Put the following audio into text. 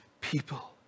people